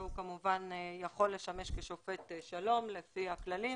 והוא כמובן יכול לשמש כשופט שלום לפי הכללים.